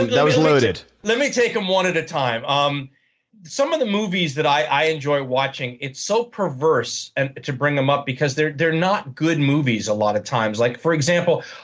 that was loaded. let me take them one at a time. um some of the movies that i enjoy watching, it's so perverse and to bring them up because they're they're not good movies, a lot of times. like for example,